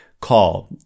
call